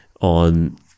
on